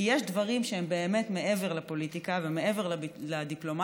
כי יש דברים שהם באמת מעבר לפוליטיקה ומעבר לדיפלומטיה,